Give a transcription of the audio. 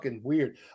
weird